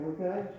okay